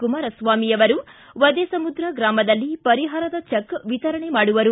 ಕುಮಾರಸ್ವಾಮಿ ಅವರು ವದೆಸಮುದ್ರ ಗ್ರಾಮದಲ್ಲಿ ಪರಿಹಾರದ ಚೆಕ್ ವಿತರಣೆ ಮಾಡುವರು